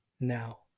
now